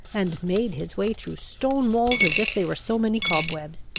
and made his way through stone walls as if they were so many cobwebs.